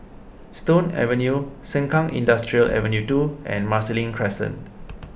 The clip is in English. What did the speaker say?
Stone Avenue Sengkang Industrial Ave two and Marsiling Crescent